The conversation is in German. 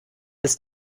bis